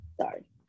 Sorry